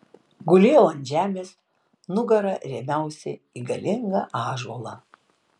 gulėjau ant žemės nugara rėmiausi į galingą ąžuolą